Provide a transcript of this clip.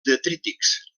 detrítics